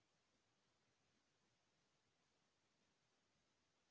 गेहूं के कटाई बर कोन कोन से मशीन बने होथे?